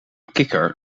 kikker